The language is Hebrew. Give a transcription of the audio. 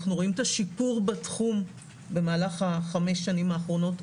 אנחנו רואים את השיפור בתחום במהלך חמש השנים האחרונות,